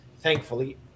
thankfully